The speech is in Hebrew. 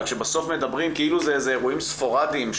שמדברים כאילו אלו אירועים ספורדיים,